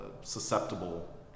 susceptible